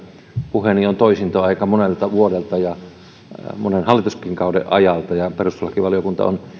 puheeni on toisinto aika monelta vuodelta ja monen hallituskaudenkin ajalta perustuslakivaliokunta on